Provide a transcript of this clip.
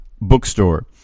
bookstore